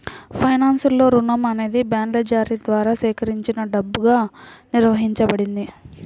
ఫైనాన్స్లో, రుణం అనేది బాండ్ల జారీ ద్వారా సేకరించిన డబ్బుగా నిర్వచించబడింది